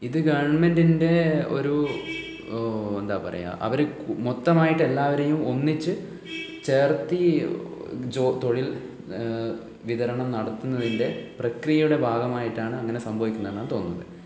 ഇത് ഗവണ്മെൻ്റിൻ്റെ ഒരു എന്താണ് പറയുക അവർ മൊത്തമായിട്ട് എല്ലാവരെയും ഒന്നിച്ച് ചേർത്തി ജോലി തൊഴിൽ വിതരണം നടത്തുന്നതിൻ്റെ പ്രക്രിയയുടെ ഭാഗമായിട്ടാണ് അങ്ങനെ സംഭവിക്കുന്നതെന്നാണ് തോന്നുന്നത്